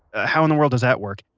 how in the world does that work?